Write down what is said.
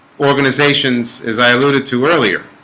organizations as i alluded to earlier